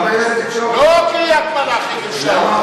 לא קריית-מלאכי גירשה.